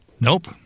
Nope